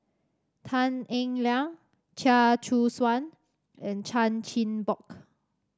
Tan Eng Liang Chia Choo Suan and Chan Chin Bock